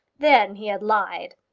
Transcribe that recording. then he had lied.